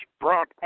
brought